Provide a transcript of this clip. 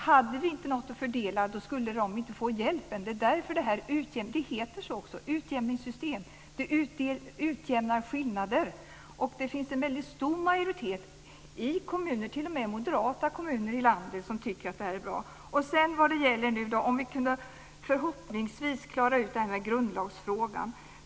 Om vi inte hade något att fördela skulle de inte få hjälp. Det är därför som det heter utjämningssystem - det utjämnar skillnader. Det finns en väldigt stor majoritet i kommunerna, t.o.m. i moderata kommuner, i landet som tycker att detta är bra. Förhoppningsvis kan vi klara ut det här med grundlagsfrågan.